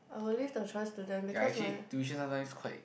ya actually tuition sometimes quite